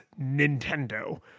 nintendo